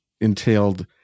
entailed